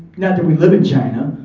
not that we live in china,